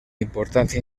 importancia